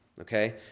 Okay